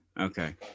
okay